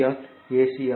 யால் AC A